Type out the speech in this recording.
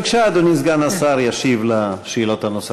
בבקשה, אדוני סגן השר ישיב על השאלות הנוספות.